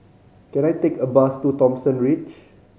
can I take a bus to Thomson Ridge